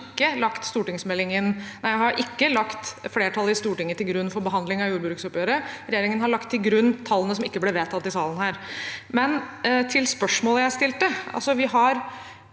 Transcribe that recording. har ikke lagt flertallet i Stortinget til grunn for behandling av jordbruksoppgjøret. Regjeringen har lagt til grunn tallene som ikke ble vedtatt i salen her. Men til spørsmålet jeg stilte: